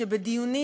שבדיונים,